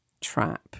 Trap